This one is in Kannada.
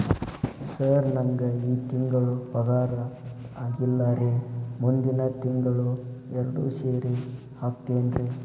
ಸರ್ ನಂಗ ಈ ತಿಂಗಳು ಪಗಾರ ಆಗಿಲ್ಲಾರಿ ಮುಂದಿನ ತಿಂಗಳು ಎರಡು ಸೇರಿ ಹಾಕತೇನ್ರಿ